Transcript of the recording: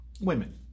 Women